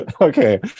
Okay